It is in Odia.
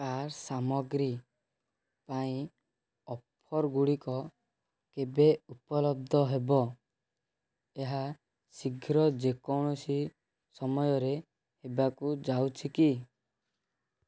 କାର୍ ସାମଗ୍ରୀ ପାଇଁ ଅଫର୍ ଗୁଡ଼ିକ କେବେ ଉପଲବ୍ଧ ହେବ ଏହା ଶୀଘ୍ର ଯେକୌଣସି ସମୟରେ ହେବାକୁ ଯାଉଛି କି